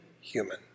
human